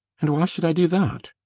and why should i do that?